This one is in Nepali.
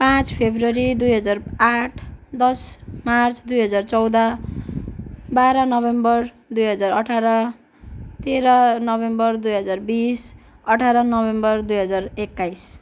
पाँच फरवरी दुई हजार आठ दस मार्च दुई हजार चौध बाह्र नोभेम्बर दुई हजार अठार तेह्र नोभेम्बर दुई हजार बिस अठार नोभेम्बर दुई हजार एक्काइस